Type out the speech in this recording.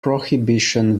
prohibition